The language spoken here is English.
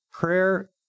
Prayer